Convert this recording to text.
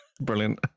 brilliant